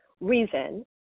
reason